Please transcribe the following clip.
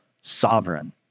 sovereign